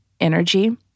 energy